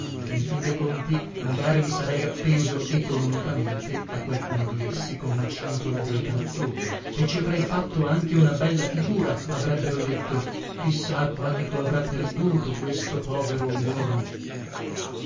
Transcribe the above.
in fin de conti magari mi sarei appeso economicamente a qualcuno di essi con la cintola dei calzoni e ci avrei fatto anche una bella figura avrebbero detto chi sa quanto avrà perduto questo povero uomo